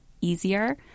easier